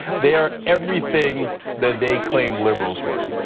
they are everything that they claim liberals were.